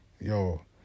yo